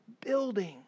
building